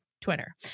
twitter